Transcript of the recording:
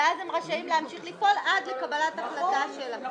ואז הם רשאים להמשיך לפעול עד קבלת החלטה שלכם.